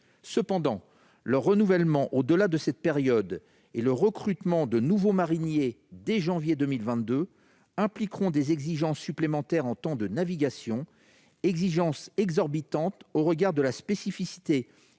Cependant, leur renouvellement au-delà de cette période et le recrutement de nouveaux mariniers dès le mois de janvier 2022 impliqueront des exigences supplémentaires en temps de navigation. Or ces exigences sont exorbitantes au regard de la spécificité des six